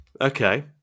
Okay